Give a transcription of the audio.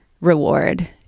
reward